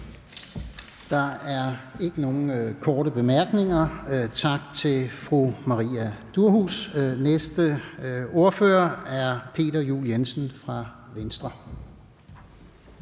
Der er ikke nogen korte bemærkninger. Tak til fru Maria Durhuus. Den næste ordfører er hr. Peter Juel-Jensen fra Venstre.